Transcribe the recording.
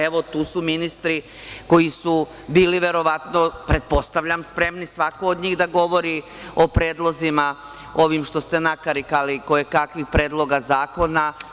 Evo, tu su ministri koji su bili, verovatno, pretpostavljam, spremni, svako od njih, da govore o ovim predlozima, što ste nakarikali kojekakvih predloga zakona.